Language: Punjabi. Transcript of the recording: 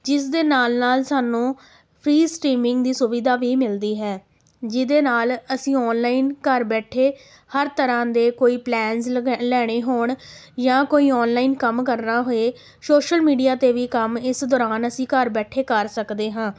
ਜਿਸ ਦੇ ਨਾਲ ਨਾਲ ਸਾਨੂੰ ਫਰੀ ਸਟਰੀਮਿੰਗ ਦੀ ਸੁਵਿਧਾ ਵੀ ਮਿਲਦੀ ਹੈ ਜਿਹਦੇ ਨਾਲ ਅਸੀਂ ਔਨਲਾਈਨ ਘਰ ਬੈਠੇ ਹਰ ਤਰ੍ਹਾਂ ਦੇ ਕੋਈ ਪਲੈਨਸ ਲਗ ਲੈਣੇ ਹੋਣ ਜਾਂ ਕੋਈ ਔਨਲਾਈਨ ਕੰਮ ਕਰਨਾ ਹੋਏ ਸੋਸ਼ਲ ਮੀਡੀਆ 'ਤੇ ਵੀ ਕੰਮ ਇਸ ਦੌਰਾਨ ਅਸੀਂ ਘਰ ਬੈਠੇ ਕਰ ਸਕਦੇ ਹਾਂ